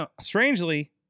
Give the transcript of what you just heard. strangely